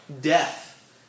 death